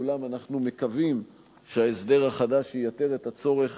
אולם אנחנו מקווים שההסדר החדש ייתר את הצורך